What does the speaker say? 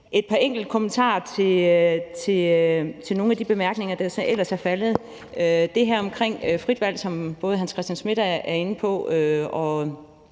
et par enkelte kommentarer til nogle af de bemærkninger, der ellers er faldet. Der er det her omkring frit valg, som både Hans Christian Schmidt og